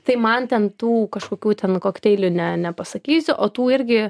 tai man ten tų kažkokių ten kokteilių ne nepasakysiu o tų irgi